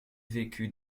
vécut